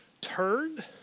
Turned